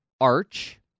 Arch